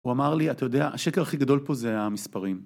הוא אמר לי, אתה יודע, השקר הכי גדול פה זה המספרים.